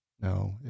no